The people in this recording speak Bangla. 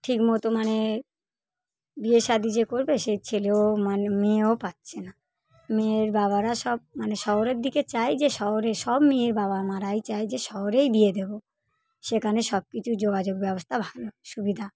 ঠিকমতো মানে বিয়ে সাদি যে করবে সেই ছেলেও মানে মেয়েও পাচ্ছে না মেয়েরা বাবারা সব মানে শহরের দিকে চায় যে শহরে সব মেয়ে বাবা মা রাই চায় যে শহরেই বিয়ে দেবো সেখানে সব কিছু যোগাযোগ ব্যবস্থা ভালো সুবিধা